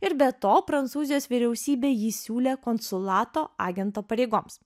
ir be to prancūzijos vyriausybė jį siūlė konsulato agento pareigoms